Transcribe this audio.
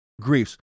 griefs